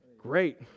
great